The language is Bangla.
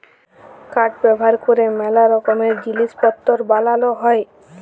কাঠ ব্যাভার ক্যরে ম্যালা রকমের জিলিস পত্তর বালাল হ্যয়